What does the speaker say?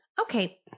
Okay